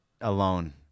alone